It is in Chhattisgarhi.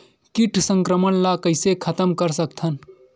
कीट संक्रमण ला कइसे खतम कर सकथन?